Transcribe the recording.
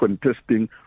contesting